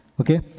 Okay